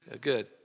good